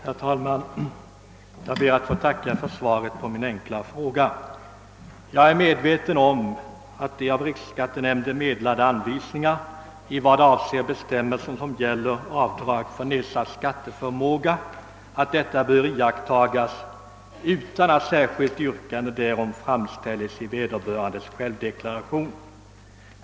Herr talman! Jag ber att få tacka för svaret på min fråga. Jag är medveten om att taxeringsnämnd enligt de anvisningar som utfärdats av riksskattenämnden bör iaktta bestämmelserna om avdrag för nedsatt skatteförmåga utan att särskilt yrkande framställts i vederbörandes självdeklaration.